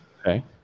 Okay